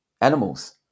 animals